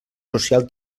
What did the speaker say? social